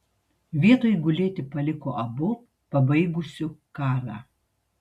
vietoj gulėti paliko abu pabaigusiu karą